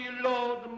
Lord